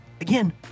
Again